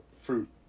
fruit